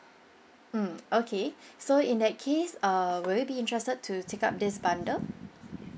mm okay so in that case uh will you be interested to take up this bundle